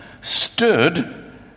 stood